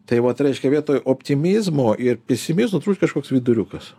tai vat reiškia vietoj optimizmo ir pesimizmo turi būt kažkoks viduriukas